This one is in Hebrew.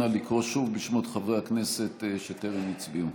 נא לקרוא שוב בשמות חברי הכנסת שטרם הצביעו.